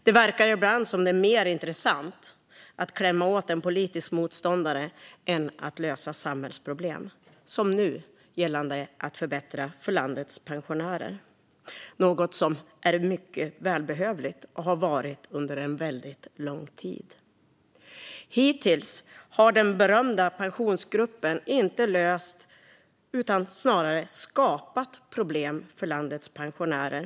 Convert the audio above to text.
Det verkar ibland som att det är mer intressant att klämma åt en politisk motståndare än att lösa samhällsproblem, som nu gällande att förbättra för landets pensionärer, något som är mycket välbehövligt och har varit det under en väldigt lång tid. Hittills har den berömda Pensionsgruppen inte löst utan snarare skapat problem för landets pensionärer.